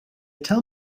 tell